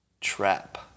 trap